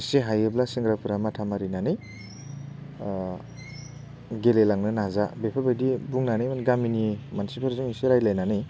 एसे हायोब्ला सेंग्राफोरा माथा मारिनानै गेलेलांनो नाजा बेफोरबायदि बुंनानै होनो गामिनि मानसिफोरजों एसे रायलायनानै